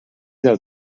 del